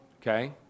okay